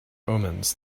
omens